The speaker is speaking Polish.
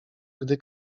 gdy